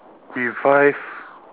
revive